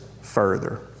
further